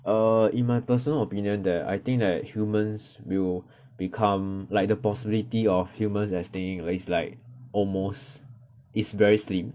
err in my personal opinion that I think like humans will become like the possibility of humans extincting is like almost is very slim